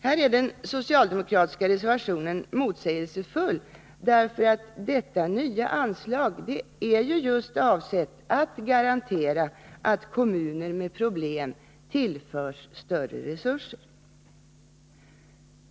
Här är den socialdemokratiska reservationen motsägelsefull, eftersom detta nya anslag just är avsett att garantera att kommuner med problem tillförs större resurser.